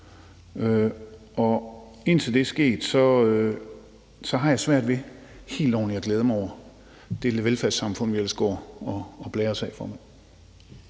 Og indtil det er sket, har jeg svært ved helt ordentligt at glæde mig over det velfærdssamfund, vi ellers går og blærer os med, formand.